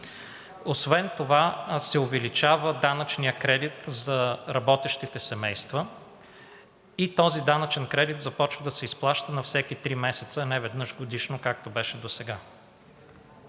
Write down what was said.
Освен това се увеличава данъчният кредит за работещите семейства и този данъчен кредит започва да се изплаща на всеки три месеца, а не веднъж годишно, както беше досега.